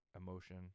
emotion